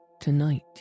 Tonight